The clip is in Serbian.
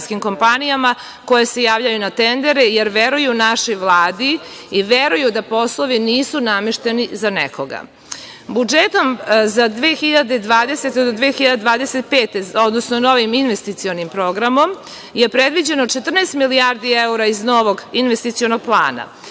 koje se javljaju na tendere, jer veruju našoj vladi i veruju da poslovi nisu namešteni za nekoga. Budžetom za 2020. do 2025. godine, odnosno novim investicionim programom je predviđeno 14 milijardi evra iz novog investicionog plana.